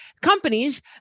companies